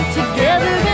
together